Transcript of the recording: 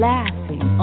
Laughing